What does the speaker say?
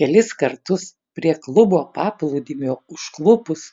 kelis kartus prie klubo paplūdimio užklupus